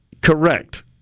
Correct